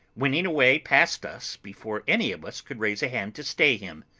winning a way past us before any of us could raise a hand to stay him.